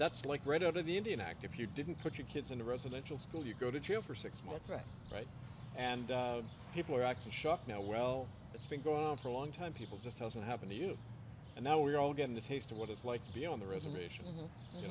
that's like right out of the indian act if you didn't put your kids in a residential school you go to jail for six months right right and people are actually shocked now well it's been gone for a long time people just doesn't happen to you and now we're all getting a taste of what it's like to be on the reservation